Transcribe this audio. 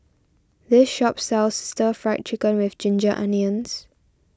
this shop sells Stir Fry Chicken with Ginger Onions